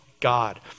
God